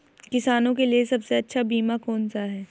किसानों के लिए सबसे अच्छा बीमा कौन सा है?